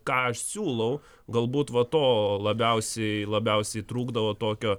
ką aš siūlau galbūt va to labiausiai labiausiai trūkdavo tokio